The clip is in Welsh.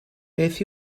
beth